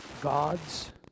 gods